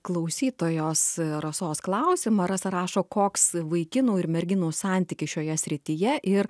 klausytojos rasos klausimą rasa rašo koks vaikinų ir merginų santykis šioje srityje ir